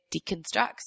deconstructs